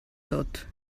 tot